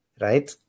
Right